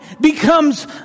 becomes